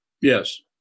Yes